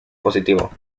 positivo